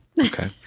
Okay